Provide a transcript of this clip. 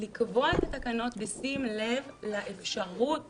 לקבוע את התקנות בשים לב לאפשרות